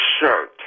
shirt